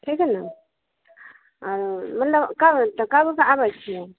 ठीक ने मतलब कब तब कब आबै छियै